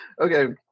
Okay